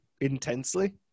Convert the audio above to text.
intensely